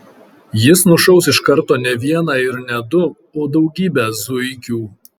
jis nušaus iš karto ne vieną ir ne du o daugybę zuikių